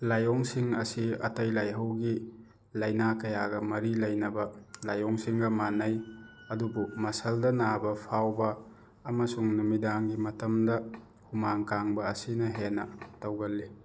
ꯂꯥꯏꯑꯣꯡꯁꯤꯡ ꯑꯁꯤ ꯑꯇꯩ ꯂꯥꯏꯍꯧꯒꯤ ꯂꯥꯏꯅꯥ ꯀꯌꯥꯒ ꯃꯔꯤ ꯂꯩꯅꯕ ꯂꯥꯏꯑꯣꯡꯁꯤꯡꯒ ꯃꯥꯟꯅꯩ ꯑꯗꯨꯕꯨ ꯃꯁꯜꯗ ꯅꯥꯕ ꯐꯥꯎꯕ ꯑꯃꯁꯨꯡ ꯅꯨꯃꯤꯗꯥꯡꯒꯤ ꯃꯇꯝꯗ ꯍꯨꯃꯥꯡ ꯀꯥꯡꯕ ꯑꯁꯤꯅ ꯍꯦꯟꯅ ꯇꯧꯒꯜꯂꯤ